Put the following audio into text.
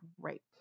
great